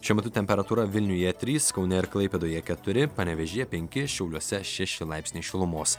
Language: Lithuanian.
šiuo metu temperatūra vilniuje trys kaune ir klaipėdoje keturi panevėžyje penki šiauliuose šėši laipsnių šilumos